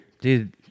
Dude